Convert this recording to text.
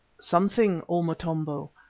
something, o motombo.